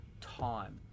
time